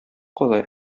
кала